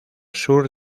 sur